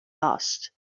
asked